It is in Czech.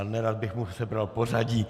Nerad bych mu sebral pořadí.